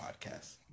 podcast